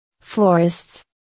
Florists